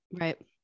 right